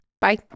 Bye